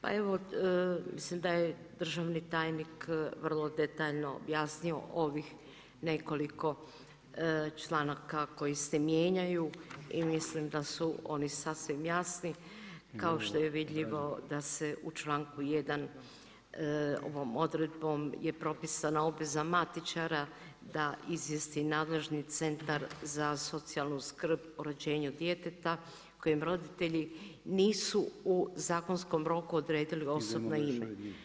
Pa evo mislim da je državni tajnik vrlo detaljno objasnio ovih nekoliko članaka koji se mijenjaju i mislim da su oni sasvim jasni, kao što vidljivo da se u članku 1. ovom odredbom je propisana obveza matičara da izvijesti nadležni CZSS o ređenju djeteta, kojim roditelji nisu u zakonskom roku odredili osobno ime.